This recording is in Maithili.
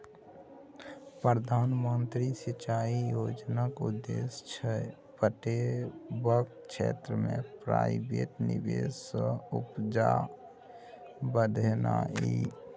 प्रधानमंत्री सिंचाई योजनाक उद्देश्य छै पटेबाक क्षेत्र मे प्राइवेट निबेश सँ उपजा बढ़ेनाइ